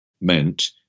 meant